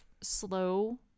slow